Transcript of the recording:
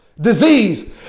disease